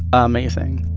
amazing